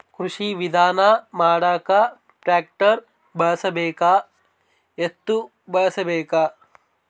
ಕೃಷಿ ವಿಧಾನ ಮಾಡಾಕ ಟ್ಟ್ರ್ಯಾಕ್ಟರ್ ಬಳಸಬೇಕ, ಎತ್ತು ಬಳಸಬೇಕ?